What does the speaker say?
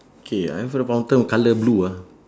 K and then for the fountain colour blue ah